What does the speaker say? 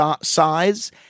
size